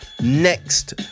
next